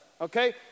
Okay